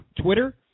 Twitter